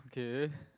okay